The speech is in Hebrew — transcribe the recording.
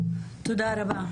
תודה רבה.